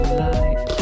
life